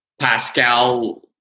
Pascal